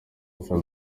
felt